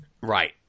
Right